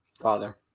Father